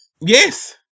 Yes